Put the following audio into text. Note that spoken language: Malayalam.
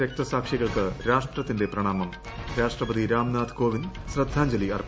രക്തസാക്ഷികൾക്ക് രാഷ്ട്രത്തിന്റെ പ്രണാമം രാഷ്ട്രപതി രാംനാഥ് കോവിന്ദ് ശ്രദ്ധാഞ്ജലി അർപ്പിച്ചു